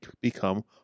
become